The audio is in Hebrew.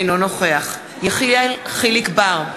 אינו נוכח יחיאל חיליק בר,